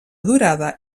durada